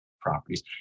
properties